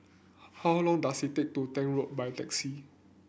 how long does it take to Tank Road by taxi